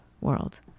world